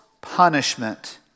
punishment